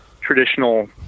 traditional